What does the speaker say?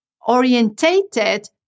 orientated